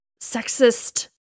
sexist